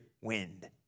wind